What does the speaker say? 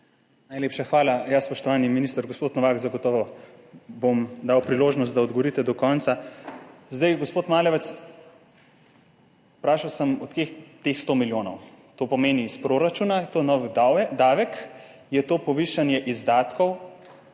Najlepša hvala. Spoštovani minister gospod Novak, zagotovo vam bom dal priložnost, da odgovorite do konca. Gospod Maljevac, vprašal sem vas, od kje teh 100 milijonov, to pomeni iz proračuna. Je to nov davek, je to povišanje izdatkov?